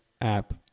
app